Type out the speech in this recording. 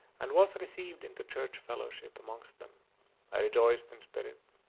and was received into church fellowship amongst them i rejoiced in spirit,